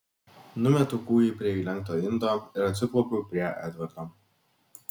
numetu kūjį prie įlenkto indo ir atsiklaupiu prie edvardo